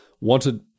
wanted